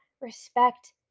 respect